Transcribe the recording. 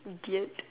idiot